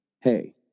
Hey